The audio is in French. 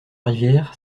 rivière